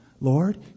Lord